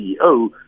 CEO